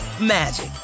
magic